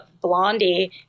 Blondie